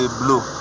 blue